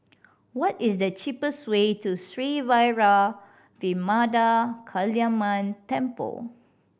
what is the cheapest way to Sri Vairavimada Kaliamman Temple